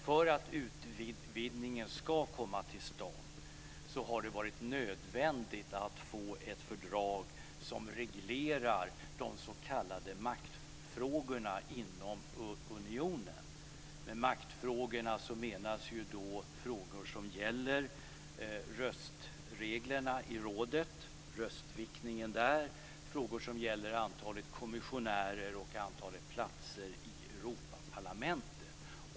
För att utvidgningen ska komma till stånd har det varit nödvändigt att få ett fördrag som reglerar de s.k. maktfrågorna inom unionen. Med maktfrågor menas frågor som gäller röstreglerna i rådet, röstviktningen där, antalet kommissionärer och antalet platser i Europaparlamentet.